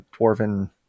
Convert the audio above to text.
Dwarven